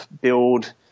build